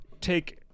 take